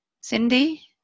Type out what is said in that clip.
Cindy